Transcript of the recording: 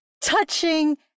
touching